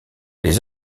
les